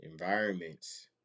environments